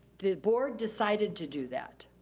the board decided to do that,